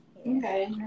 Okay